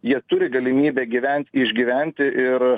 jie turi galimybę gyvent išgyventi ir